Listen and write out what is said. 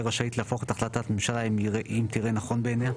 רשאית להפוך את החלטת הממשלה אם ייראה נכון בעיניה'.